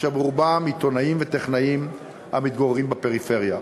אשר רובם עיתונאים וטכנאים המתגוררים בפריפריה.